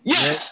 Yes